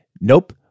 Nope